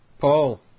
Paul